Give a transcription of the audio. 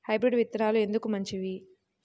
Hybrid విత్తనాలు ఎందుకు మంచివి?